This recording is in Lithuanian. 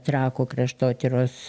trakų kraštotyros